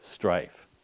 strife